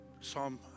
Psalm